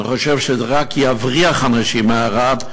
אני חושב שרק זה יבריח אנשים מערד,